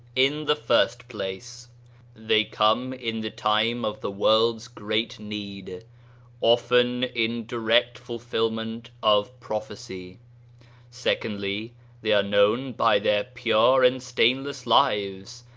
in the first place they come in the time of the world's great need a often in direct fulfilment of prophecy secondly they are known by their pure and stain less lives,